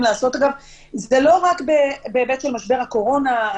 לעשות הוא לא רק בהיבט של משבר הקורונה.